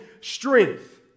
strength